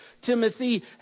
Timothy